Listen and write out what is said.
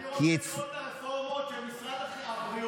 אני רוצה לראות את הרפורמות שמשרד הבריאות,